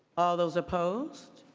all those opposed?